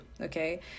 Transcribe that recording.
okay